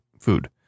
food